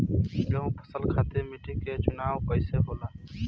गेंहू फसल खातिर मिट्टी के चुनाव कईसे होला?